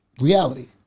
Reality